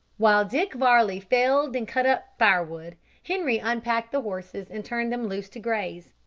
while dick varley felled and cut up firewood, henri unpacked the horses and turned them loose to graze,